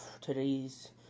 today's